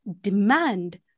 demand